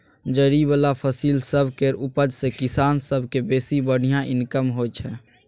जरि बला फसिल सब केर उपज सँ किसान सब केँ बेसी बढ़िया इनकम होइ छै